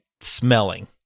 smelling